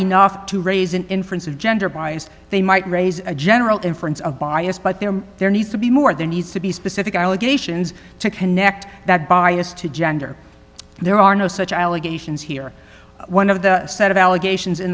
enough to raise an inference of gender bias they might raise a general inference of bias but there there needs to be more than needs to be specific allegations to connect that bias to gender and there are no such allegations here one of the set of allegations in